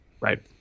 Right